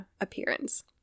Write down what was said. appearance